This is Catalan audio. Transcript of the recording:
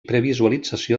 previsualització